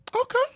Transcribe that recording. Okay